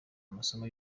amasomo